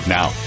Now